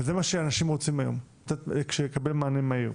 וזה מה שאנשים רוצים היום, לקבל מענה מהיר.